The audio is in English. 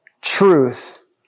truth